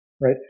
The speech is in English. right